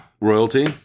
Royalty